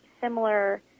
similar